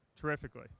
terrifically